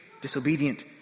disobedient